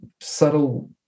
subtle